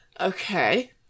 Okay